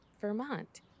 Vermont